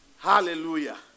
Hallelujah